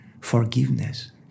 forgiveness